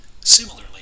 Similarly